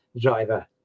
driver